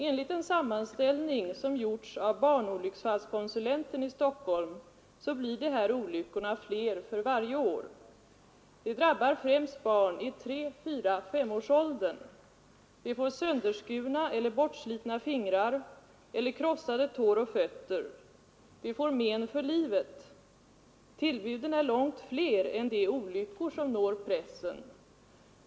Enligt en sammanställning som gjorts av barnolycksfallskonsulenten i Stockholm, blir dessa olyckor fler för varje år. De drabbar främst barn i åldrarna 3—5 år. Barnen får sönderskurna eller bortslitna fingrar eller krossade tår och fötter. De får men för livet. Tillbuden är långt fler än de olyckor som når pressen.